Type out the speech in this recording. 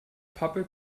pappe